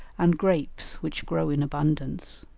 and grapes, which grow in abundance.